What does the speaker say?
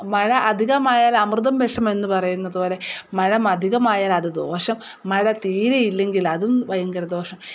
മഴ അധികമായാൽ അമൃതും വിഷമെന്നു പറയുന്നതുപ്പോലെ മഴ അധികമായാൽ അത് ദോഷം മഴ തീരെയില്ലെങ്കിൽ അതും ഭയങ്കര ദോഷം